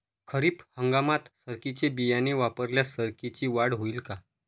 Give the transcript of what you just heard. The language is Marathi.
खरीप हंगामात सरकीचे बियाणे वापरल्यास सरकीची वाढ होईल का?